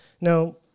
Now